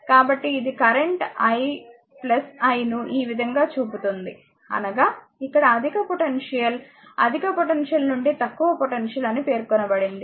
కాబట్టి ఇది current i ను ఈ విధంగా చూపుతోంది అనగా ఇక్కడ అధిక పొటెన్షియల్అధిక పొటెన్షియల్ నుండి తక్కువ పొటెన్షియల్ అని పేర్కొనబడింది